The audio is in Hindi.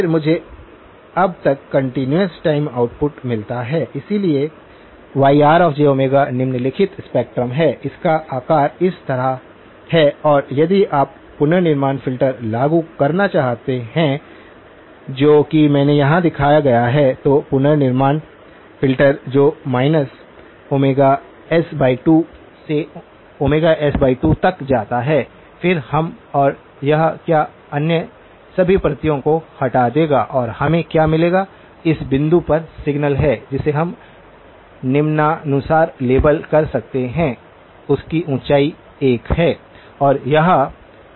फिर मुझे अब एक कंटीन्यूअस टाइम आउटपुट मिलता है इसलिए Yrj निम्नलिखित स्पेक्ट्रम है इसका आकार इस तरह है और यदि आप पुनर्निर्माण फ़िल्टर लागू करना चाहते हैं जो कि मैंने यहां दिखाया गया है तो पुनर्निर्माण फ़िल्टर जो Ωs2 से s2 तक जाता है फिर हम और यह क्या अन्य सभी प्रतियों को हटा देगा और हमें क्या मिलेगा इस बिंदु पर सिग्नल है जिसे हम निम्नानुसार लेबल कर सकते हैं इसकी ऊंचाई 1 है